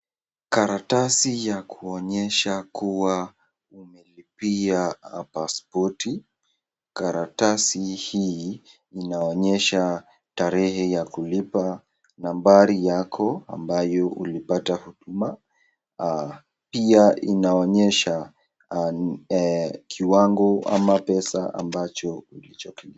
Karatasi ya kuonyesha kuwa umelipia pasipoti . Karatasi hii inaonyesha tarehe ya kulipa, nambari yako ambayo ulipata huduma. Pia inaonyesha kiwango ama pesa ambacho ulichotumia.